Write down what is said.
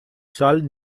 sòl